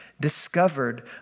discovered